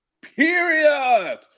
Period